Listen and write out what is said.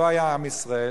לא היה עם ישראל,